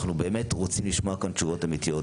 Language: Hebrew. אנחנו באמת רוצים לשמוע כאן תשובות המיתיות.